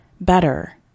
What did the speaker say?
Better